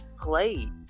play